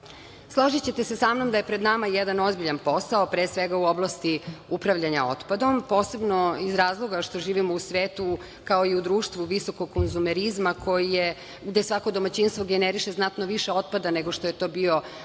težimo. Složićete se sa mnom da je pred nama jedan ozbiljan posao, pre svega, u oblasti upravljanja otpadom, posebno iz razloga što živimo u svetu kao i u društvu visokog konzumerizma gde svako domaćinstvo generiše znatno više otpada nego što je to bio slučaj